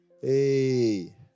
Hey